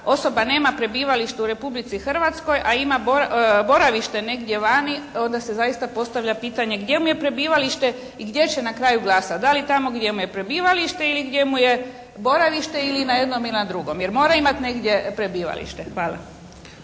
osoba nema prebivalište u Republici Hrvatskoj a ima boravište negdje vani onda se zaista postavlja pitanje gdje mu je prebivalište i gdje će na kraju glasati. Da li tamo gdje mu je prebivalište ili gdje mu je boravište ili i na jednom i na drugom? Jer mora imat negdje prebivalište. Hvala.